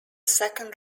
second